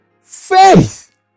faith